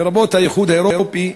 לרבות האיחוד האירופי,